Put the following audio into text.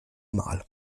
mal